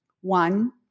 one